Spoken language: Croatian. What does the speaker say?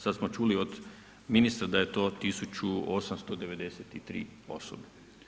Sada smo čuli od ministra da je to 1893. osobe.